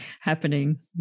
happening